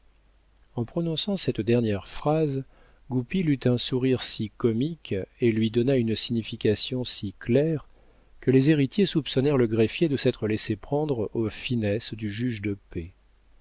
en prononçant cette dernière phrase goupil eut un sourire si comique et lui donna une signification si claire que les héritiers soupçonnèrent le greffier de s'être laissé prendre aux finesses du juge de paix